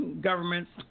governments